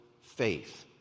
faith